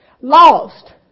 Lost